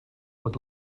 would